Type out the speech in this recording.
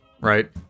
right